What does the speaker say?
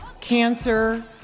cancer